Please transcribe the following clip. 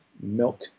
milk